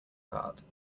cart